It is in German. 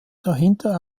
dahinter